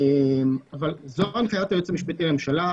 אבל זו הנחיית היועץ המשפטי לממשלה,